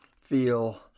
feel